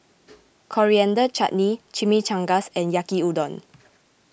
Coriander Chutney Chimichangas and Yaki Udon